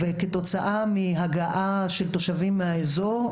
כתוצאה מהגעה של תושבים מהאזור,